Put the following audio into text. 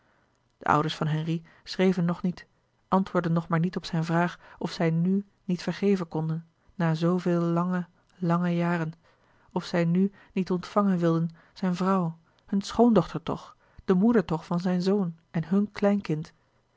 de ouders van henri schreven nog niet antwoordden nog maar niet op zijne vraag of zij nù niet vergeven konden na zoovele lange lange jaren of zij nù niet ontvangen wilden zijne vrouw hunne schoondochter toch de moeder toch van zijn zoon en hun kleinkind